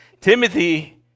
Timothy